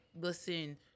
listen